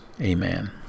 amen